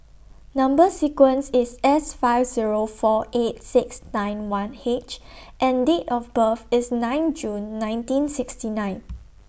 Number sequence IS S five Zero four eight six nine one H and Date of birth IS nine June nineteen sixty nine